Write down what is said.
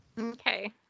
Okay